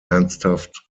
ernsthaft